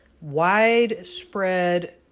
widespread